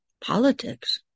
Politics